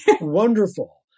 Wonderful